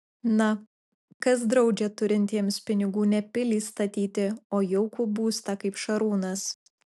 na kas draudžia turintiems pinigų ne pilį statyti o jaukų būstą kaip šarūnas